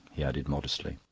he added modestly.